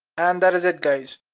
and that is it guys.